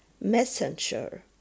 messenger